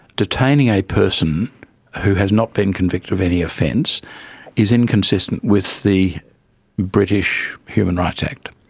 detaining a person who has not been convicted of any offence is inconsistent with the british human rights act,